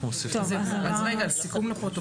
אז רגע, סיכום לפרוטוקול.